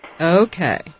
Okay